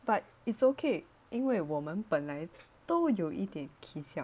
but it's okay 因为我们本来都有一点 kee siao